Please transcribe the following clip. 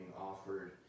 offered